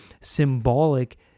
symbolic